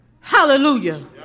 Hallelujah